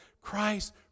Christ